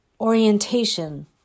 orientation